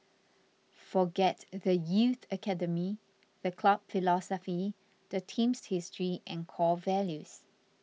forget the youth academy the club philosophy the team's history and core values